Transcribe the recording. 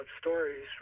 stories